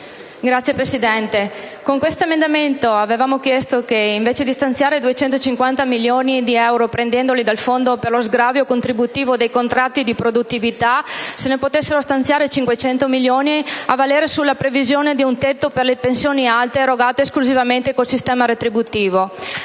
Signor Presidente, con l'emendamento 4.6 abbiamo chiesto che, invece di stanziare 250 milioni di euro reperendoli dal Fondo per lo sgravio contributivo dei contratti di produttività, si potessero stanziare 500 milioni di euro a valere sulla previsione di un tetto per le pensioni alte erogate esclusivamente con il sistema retributivo.